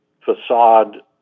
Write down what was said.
facade